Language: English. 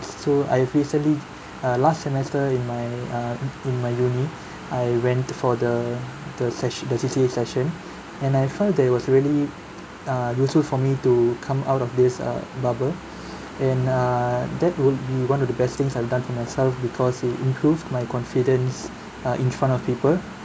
so I've recently uh last semester in my uh in my uni I went for the the ses~ the C_C_A session and I felt that it was really uh useful for me to come out of this uh bubble and err that would be one of the best things that I've done for myself because it improve my confidence uh in front of people